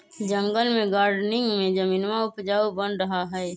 जंगल में गार्डनिंग में जमीनवा उपजाऊ बन रहा हई